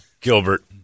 Gilbert